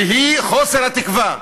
והיא חוסר התקווה,